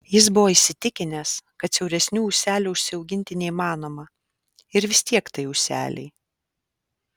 jis buvo įsitikinęs kad siauresnių ūselių užsiauginti neįmanoma ir vis tiek tai ūseliai